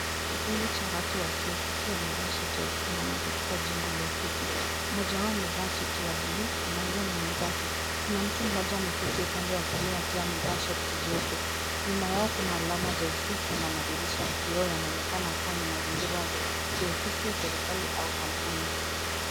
Kikundi cha watu wa kiofisi wamevaa suti wakisimama katika jengo la ofisi. Mmoja wao amevaa suti ya buluu anaongea na wenzake. Kuna mtu mmoja ameketi upande wa kulia akiwa amevaa shati jeupe. Nyuma yao kuna alama za ofisi na madirisha ya kioo. Yanaonekana kuwa ni mazingira ya ofisi ya serikali au kampuni.